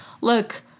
look